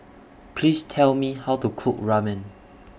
Please Tell Me How to Cook Ramen